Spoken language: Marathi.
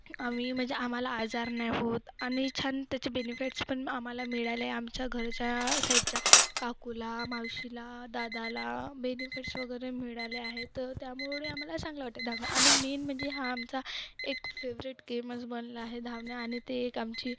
आम्ही म्हणजे आम्हाला आजार नाही होत आणि छान त्याचे बेनिफिट्स पण आम्हाला मिळाले आमच्या घरच्या साईडच्या काकूला मावशीला दादाला बेनिफिट्स वगैरे मिळाले आहेत तर त्यामुळे आम्हाला चांगलं वाटते धावणं आणि मेन म्हणजे हा आमचा एक फेवरेट गेमच बनला आहे धावणं आणि ते एक आमची